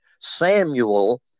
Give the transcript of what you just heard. Samuel